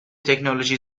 تکنولوژی